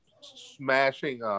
smashing